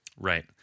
Right